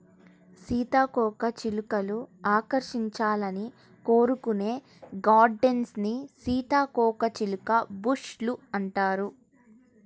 సీతాకోకచిలుకలు ఆకర్షించాలని కోరుకునే గార్డెన్స్ ని సీతాకోకచిలుక బుష్ లు అంటారు